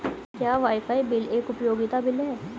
क्या wifi bill एक उपयोगिता बिल है?